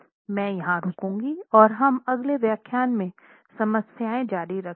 मैं यहां रुकूंगी और हम अगले व्याख्यान में समस्याएं जारी रखेंगे